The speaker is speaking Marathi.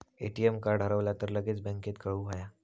ए.टी.एम कार्ड हरवला तर लगेच बँकेत कळवुक हव्या